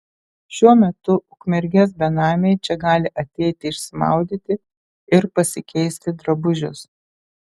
šiuo metu ukmergės benamiai čia gali ateiti išsimaudyti ir pasikeisti drabužius